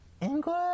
English